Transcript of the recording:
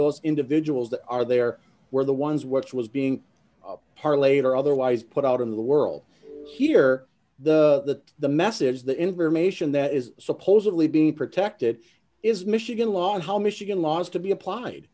those individuals that are there were the ones which was being parlayed or otherwise put out in the world here the the message the information that is supposedly being protected is michigan law and how michigan law is to be applied